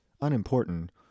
unimportant